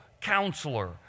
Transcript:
Counselor